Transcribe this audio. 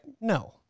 no